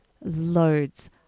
loads